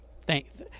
thanks